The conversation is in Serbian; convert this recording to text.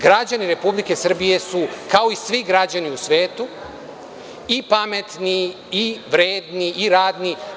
Građani Republike Srbije su kao i svi građani u svetu i pametni i vredni i radni.